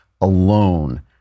alone